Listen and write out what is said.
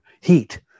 heat